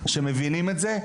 שמבינים את זה.